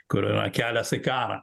kur yra kelias į karą